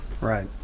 Right